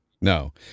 no